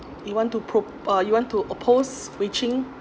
you want to pro~ uh you want to oppose switching